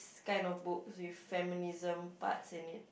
~s kind of book with feminism parts in it